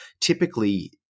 typically